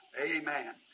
Amen